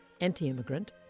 anti-immigrant